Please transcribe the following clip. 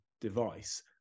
device